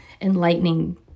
enlightening